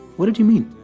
what did you mean?